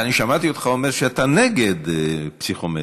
אני שמעתי אותך אומר שאתה נגד פסיכומטרי.